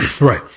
Right